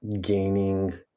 gaining